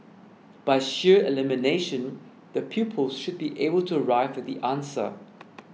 by sheer elimination the pupils should be able to arrive at the answer